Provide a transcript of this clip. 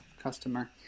customer